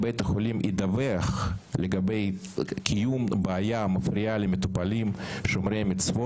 בינתיים אני קורא לחברי ועדת הבריאות להצביע בעד קבלת הסתייגות חשובה